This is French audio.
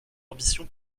ambition